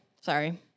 Sorry